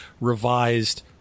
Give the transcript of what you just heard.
revised